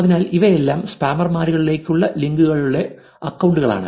അതിനാൽ ഇവയെല്ലാം സ്പാമറുകളിലേക്കുള്ള ലിങ്കുകളുള്ള അക്കൌണ്ടുകളാണ്